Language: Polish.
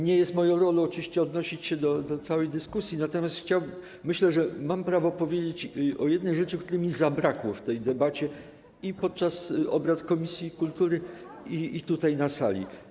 Nie jest moją rolą oczywiście odnosić się do całej dyskusji, natomiast myślę, że mam prawo powiedzieć o jednej kwestii, której mi zabrakło w tej debacie, i podczas obrad komisji kultury, i tutaj, na sali.